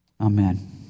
Amen